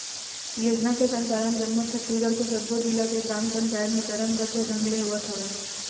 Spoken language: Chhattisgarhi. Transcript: योजना के संचालन जम्मो छत्तीसगढ़ के सब्बो जिला के ग्राम पंचायत म चरनबद्ध ढंग ले होवत हवय